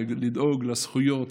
לדאוג לזכויות,